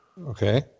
Okay